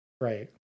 Right